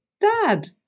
dad